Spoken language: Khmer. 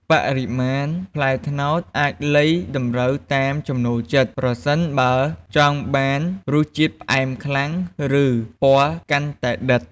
បរិមាណផ្លែត្នោតអាចលៃតម្រូវតាមចំណូលចិត្ត ប្រសិនបើចង់បានរសជាតិផ្អែមខ្លាំង ឬពណ៌កាន់តែដិត។